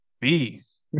bees